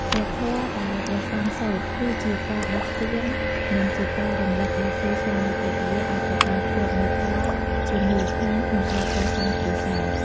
ព្រះធម៌ដែលព្រះសង្ឃសូត្រ គឺជាការដាស់តឿន និងជាការរំលឹកដល់គូស្វាមីភរិយាឲ្យប្រកាន់ខ្ជាប់នូវធម៌ជាមូលដ្ឋានក្នុងការកសាងគ្រួសារ។